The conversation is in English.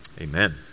Amen